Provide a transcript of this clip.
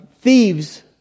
Thieves